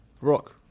Rock